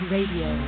Radio